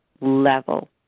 level